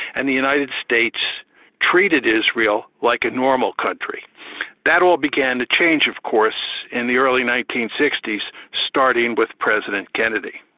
and the united states treated israel like a normal country that all began to change of course in the early nineteen sixty s, starting with president kennedy.